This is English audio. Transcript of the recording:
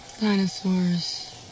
dinosaurs